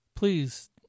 please